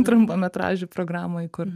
trumpametražių programoj kur